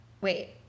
Wait